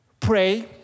pray